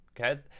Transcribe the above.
okay